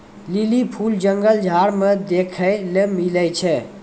lily फूल जंगल झाड़ मे देखै ले मिलै छै